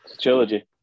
Trilogy